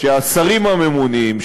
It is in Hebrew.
שהשרים הממונים,